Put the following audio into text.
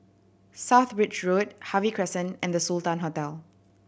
South Bridge Road Harvey Crescent and The Sultan Hotel